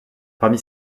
parmi